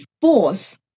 force